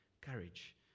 courage